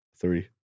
Three